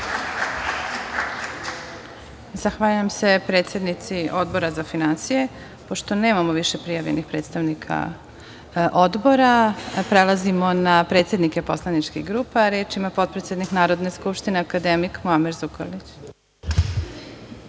Zahvaljujem se predsednici Odbora za finansije. Pošto nemamo više prijavljenih predstavnika odbora, prelazimo na predsednike poslaničkih grupa. Reč ima potpredsednik Narodne skupštine, akademik Muamer Zukorlić.